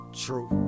true